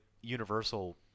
Universal